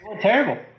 Terrible